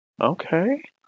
Okay